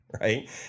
right